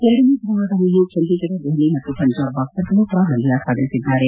ಎರಡನೇ ದಿನವಾದ ನಿನ್ನೆ ಚಂಡೀಗಢ ದೆಹಲಿ ಮತ್ತು ಪಂಜಾಬ್ ಬಾಕ್ಸರ್ ಗಳು ಪ್ರಾಬಲ್ಯ ಸಾಧಿಸಿದ್ದಾರೆ